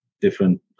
different